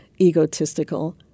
egotistical